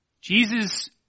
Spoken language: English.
Jesus